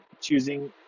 choosing